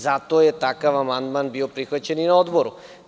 Zato je takav amandman bio prihvaćen i na Odboru.